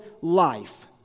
life